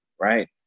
right